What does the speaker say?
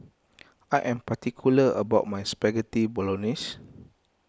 I am particular about my Spaghetti Bolognese